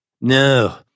No